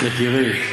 יקירי,